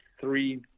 three